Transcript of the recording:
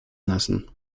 lassen